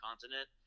continent